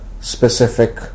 specific